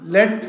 Let